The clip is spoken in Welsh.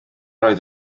oedd